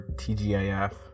tgif